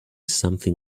something